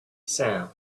sound